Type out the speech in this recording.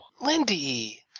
Lindy